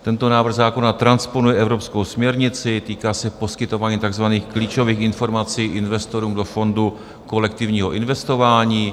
Tento návrh zákona transponuje evropskou směrnici, týká se poskytování takzvaných klíčových informací investorům do fondu kolektivního investování.